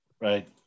right